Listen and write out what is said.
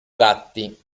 gatti